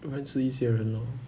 认识一些人 lor